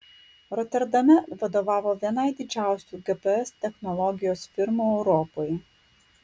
roterdame vadovavo vienai didžiausių gps technologijos firmų europoje